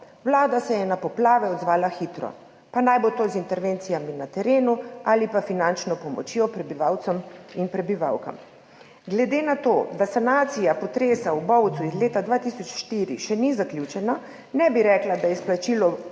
Vlada se je na poplave odzvala hitro, pa naj bo to z intervencijami na terenu ali pa finančno pomočjo prebivalcem in prebivalkam. Glede na to, da sanacija potresa v Bovcu iz leta 2004 še ni zaključena, ne bi rekla, da je izplačilo pomoči,